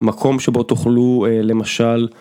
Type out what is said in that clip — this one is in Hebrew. מקום שבו תוכלו למשל.